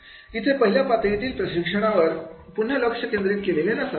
इथे पहिल्या पातळीतील प्रशिक्षणावर पुन्हा लक्ष केंद्रित केलेले नसावे